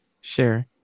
share